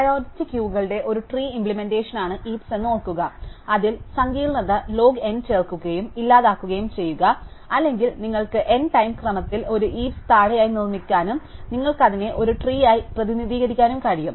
priority ക്യൂകളുടെ ഒരു tree implementation ആണ് ഹീപ്സ് എന്നു ഓർക്കുക അതിൽ സങ്കീർണ്ണത ലോഗ് N ചേർക്കുകയും ഇല്ലാതാക്കുകയും ചെയ്യുക അല്ലെങ്കിൽ നിങ്ങൾക്ക് N ടൈം ക്രമത്തിൽ ഒരു ഹീപ്സ് താഴെയായി നിർമ്മിക്കാനും നിങ്ങൾക്ക് അതിനെ ഒരു ട്രീയായി പ്രതിനിധീകരിക്കാനും കഴിയും